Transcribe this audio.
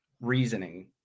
reasoning